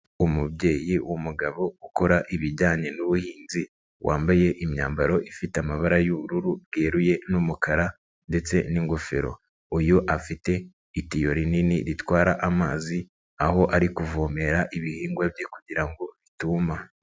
Umubyeyi w'umugabo ukora ibijyanye n'ubuhinzi wambaye imyambaro ifite amabara y'ubururu bweruye n'umukara ndetse n'igofero, uyu afite itiyo rinini ritwara amazi aho ari kuvomera ibihingwa bye kugirango bituma.